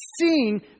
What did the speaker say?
seeing